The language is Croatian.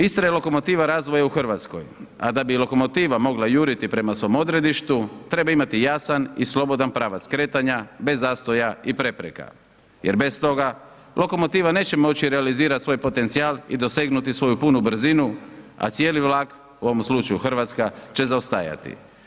Istra je lokomotiva razvoja u Hrvatskoj a da bi lokomotiva mogla juriti prema svom odredištu treba imati jasan i slobodan pravac kretanja bez zastoja i prepreka jer bez toga lokomotiva neće moći realizirati svoj potencijal i dosegnuti svoju punu brzinu a cijeli vlak u ovome slučaju Hrvatska će zaostajati.